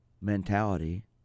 mentality